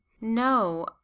No